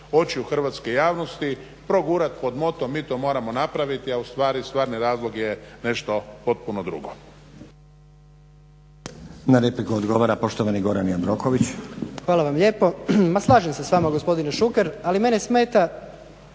očiju hrvatske javnosti, progurat pod moto mi to moramo napraviti, a ustvari stvarni razlog je nešto potpuno drugo.